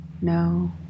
no